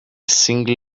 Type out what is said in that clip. single